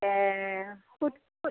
एह हुद हुद